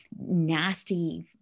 nasty